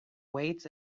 weights